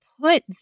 put